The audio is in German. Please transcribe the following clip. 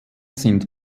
sind